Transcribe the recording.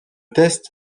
test